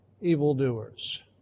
evildoers